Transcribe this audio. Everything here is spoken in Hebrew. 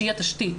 שהיא התשתית,